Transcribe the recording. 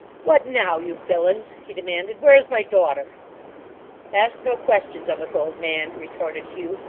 what now, you villains he demanded. where is my daughter ask no questions of us, old man retorted hugh,